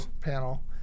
panel